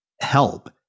help